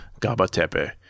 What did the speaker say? Gabatepe